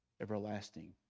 everlasting